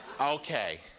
okay